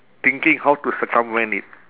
thinking how to circumvent it